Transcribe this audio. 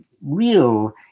real